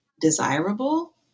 desirable